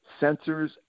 sensors